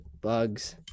Bugs